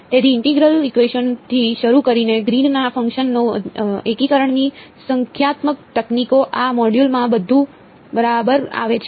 તેથી integral equation થી શરૂ કરીને ગ્રીનના ફંક્શનો એકીકરણની સંખ્યાત્મક તકનીકો આ મોડ્યુલમાં બધું બરાબર આવે છે